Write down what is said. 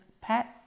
Pet